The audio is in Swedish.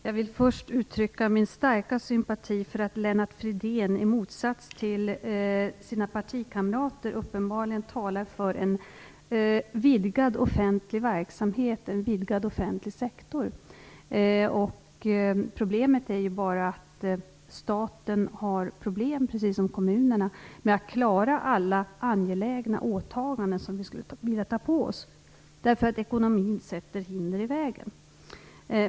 Fru talman! Jag vill först uttrycka min starka sympati för att Lennart Fridén, i motsats till sina partikamrater, uppenbarligen talar för en vidgad offentlig verksamhet, en vidgad offentlig sektor. Det är bara det att staten har problem, precis som kommunerna, med att klara av alla angelägna frågor som vi skulle vilja ta på oss. Ekonomin sätter hinder i vägen.